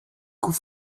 coup